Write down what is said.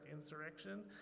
Insurrection